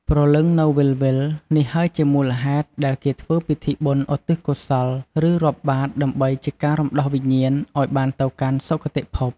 ព្រលឹងនៅវិលៗនេះហើយជាមូលហេតុដែលគេធ្វើពិធីបុណ្យឧទ្ទិសកុសលឬរាប់បាត្រ ដើម្បីជាការរំដោះវិញ្ញាណឱ្យបានទៅកាន់សុគតិភព។